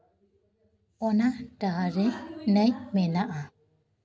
ᱚᱱᱟ ᱰᱟᱦᱟᱨ ᱨᱮ ᱱᱟᱹᱭ ᱢᱮᱱᱟᱜᱼᱟ